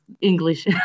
English